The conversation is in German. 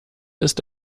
ist